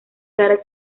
sarah